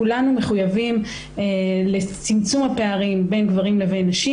כולנו מחויבים לצמצום הפערים בין גברים לבין נשים.